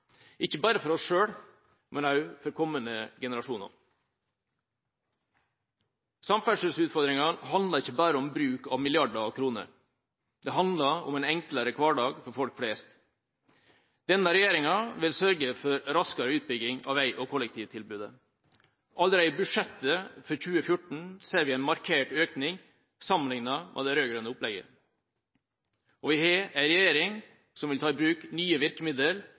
ikke bare for oss selv, men også for kommende generasjoner. Samferdselsutfordringene handler ikke bare om bruk av milliarder av kroner, det handler om en enklere hverdag for folk flest. Denne regjeringa vil sørge for raskere utbygging av vei og kollektivtilbud – allerede i budsjettet for 2014 ser vi en markert økning sammenlignet med det rød-grønne opplegget – og vi har en regjering som vil ta i bruk nye